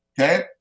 Okay